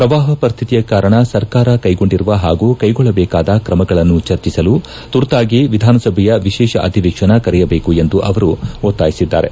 ಪ್ರವಾಪ ಪರಿಸ್ತಿತಿಯ ಕಾರಣ ಸರ್ಕಾರ ಕೈಗೊಂಡಿರುವ ಹಾಗೂ ಕೈಗೊಳ್ಳದೇಕಾದ ತ್ರಮಗಳನ್ನು ಚರ್ಚಿಸಲು ತುರ್ತಾಗಿ ವಿಧಾನಸಭೆಯ ವಿಶೇಷ ಅಧಿವೇಶನ ಕರೆಯಬೇಕು ಎಂದು ಅವರು ಒತ್ತಾಯಿಸಿದ್ದಾರೆ